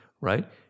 right